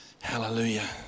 Hallelujah